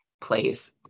place